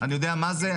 אני יודע מה זה,